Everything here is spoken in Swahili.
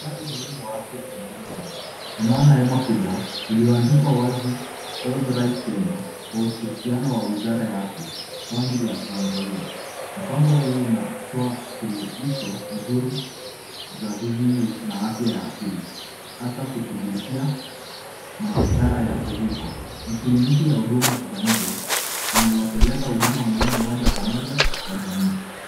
mradi muhimu wa afya njini kenya unao hema kubwa lililoandikwa Wazi motoritekenya kwa ushirikiano wa Wizara ya afya county ya Tranzoia. Mpango huo unatia suluhisho Mzuri za vvu na afya ya akili hasa kushughulikia madhara ya viko. Ni kliniki ya huduma za nje inayopeleka huduma moja kwa moja kwa jamii.